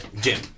Jim